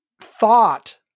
thought